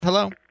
Hello